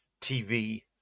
TV